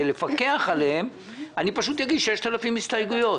לפקח עליהם אני פשוט אגיש 6,000 הסתייגויות,